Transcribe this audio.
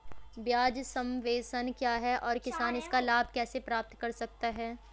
ब्याज सबवेंशन क्या है और किसान इसका लाभ कैसे प्राप्त कर सकता है?